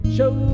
Show